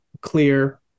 clear